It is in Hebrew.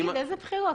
איזה בחירות?